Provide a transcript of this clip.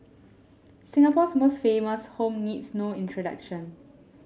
Singapore's most famous home needs no introduction